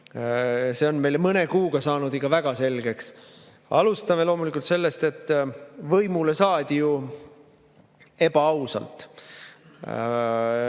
See on meile mõne kuuga saanud ikka väga selgeks. Alustame loomulikult sellest, et võimule saadi ju ebaausalt.